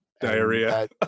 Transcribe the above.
Diarrhea